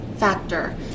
factor